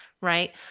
right